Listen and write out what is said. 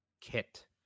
kit